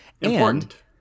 Important